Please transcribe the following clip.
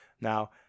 Now